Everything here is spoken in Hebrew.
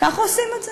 כך עושים את זה.